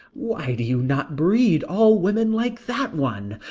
why do you not breed all women like that one?